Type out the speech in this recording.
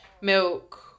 Milk